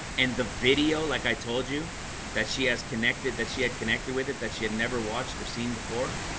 and the video like i told you that she has connected that she had connected with it that she had never watched or seen before